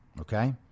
Okay